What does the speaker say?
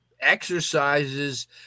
exercises